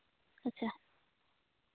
ᱟᱪᱪᱷᱟ